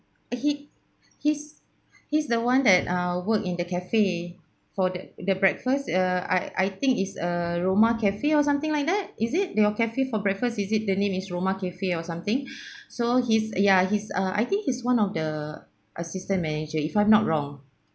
he he's he's the one that ah work in the cafe for the the breakfast uh I I think it's a roma cafe or something like that is it your cafe for breakfast is it the name is roma cafe or something so he's ya he's uh I think he's one of the assistant manager if I'm not wrong